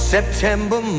September